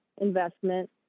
investment